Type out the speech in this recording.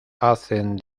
hacen